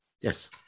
Yes